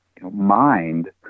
mind